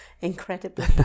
incredibly